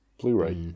Blu-ray